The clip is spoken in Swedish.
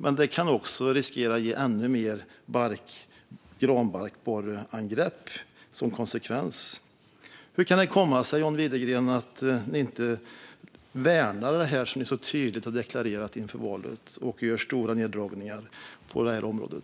och kan också riskera att ge ännu större granbarkborreangrepp som konsekvens. Hur det kan det komma sig, John Widegren, att ni inte värnar det som ni så tydligt deklarerade inför valet utan gör stora neddragningar på området?